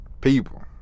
people